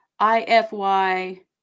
ify